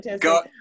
go